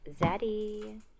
zaddy